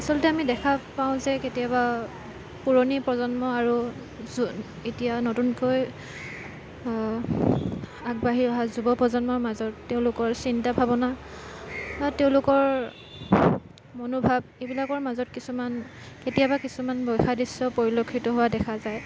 আচলতে আমি দেখা পাওঁ যে কেতিয়াবা পুৰণি প্ৰজন্ম আৰু যো এতিয়া নতুনকৈ আগবাঢ়ি অহা যুৱপ্ৰজন্মৰ মাজত তেওঁলোকৰ চিন্তা ভাবনা বা তেওঁলোকৰ মনোভাৱ এইবিলাকৰ মাজত কিছুমান কেতিয়াবা কিছুমান বৈসাদৃশ্য় পৰিলক্ষিত হোৱা দেখা যায়